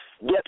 get